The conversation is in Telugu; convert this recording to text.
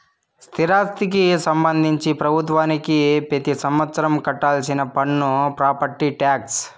స్థిరాస్తికి సంబంధించి ప్రభుత్వానికి పెతి సంవత్సరం కట్టాల్సిన పన్ను ప్రాపర్టీ టాక్స్